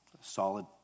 Solid